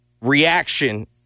reaction